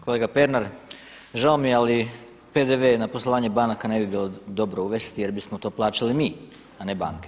Kolega Pernar žao mi je, ali PDV-e na poslovanje banaka ne bi bilo dobro uvesti jer bismo to plaćali mi, a ne banke.